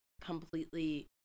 completely